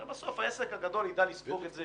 הרי בסוף העסק הגדול ידע לספוג את זה